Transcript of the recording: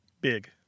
big